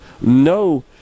no